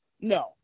no